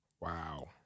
Wow